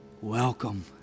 Welcome